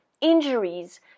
injuries